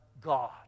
God